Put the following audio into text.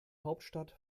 hauptstadt